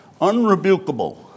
unrebukable